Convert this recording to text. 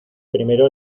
primero